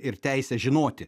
ir teisę žinoti